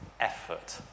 effort